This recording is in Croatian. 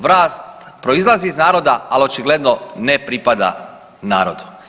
Vlast proizlazi iz naroda, ali očigledno ne pripada narodu.